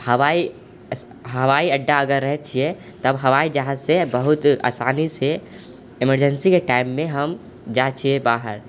हवाई हवाई अड्डा अगर रहै छियै तब हवाई जहाजसँ बहुत आसानीसँ इमर्जेन्सीके टाइममे हम जाइ छियै बाहर